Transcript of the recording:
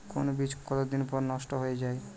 কোন বীজ কতদিন পর নষ্ট হয়ে য়ায়?